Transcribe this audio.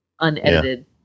unedited